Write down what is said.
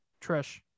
Trish